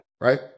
right